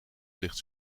ligt